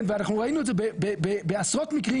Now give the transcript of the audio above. ואנחנו ראינו את זה בעשרות מקרים,